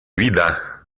vida